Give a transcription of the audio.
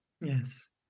yes